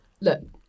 look